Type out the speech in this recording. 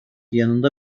yanında